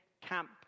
camp